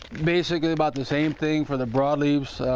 basically about the same thing for the broadleaves.